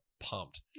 Pumped